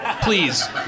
Please